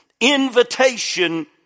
invitation